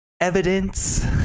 evidence